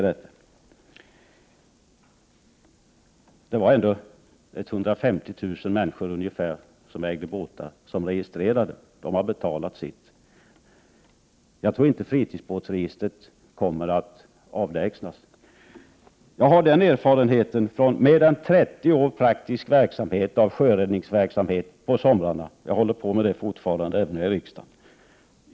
Det var ändå ungefär 150 000 båtägare som registrerade sina båtar och betalade för sig. Jag tror inte fritidsbåtsregistret kommer att avlägsnas. Jag har erfarenhet från mer än 30 års praktisk verksamhet i sjöräddningen på somrarna. Jag håller på med detta även när jag är i riksdagen.